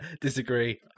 disagree